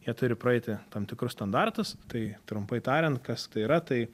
jie turi praeiti tam tikrus standartus tai trumpai tariant kas tai yra tai